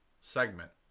segment